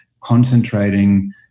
concentrating